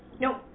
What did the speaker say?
Nope